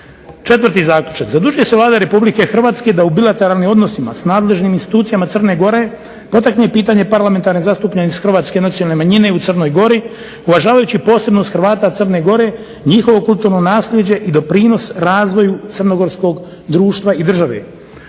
Četvrti zaključak – "Zadužuje se Vlada Republike Hrvatske da u bilateralnim odnosima s nadležnim institucijama Crne Gore potakne pitanje parlamentarne zastupljenosti Hrvatske nacionalne manjine u Crnoj gori uvažavajući posebnost Hrvata Crne gore njihovo kulturno nasljeđe i doprinos razvoju Crnogorskog društva i države.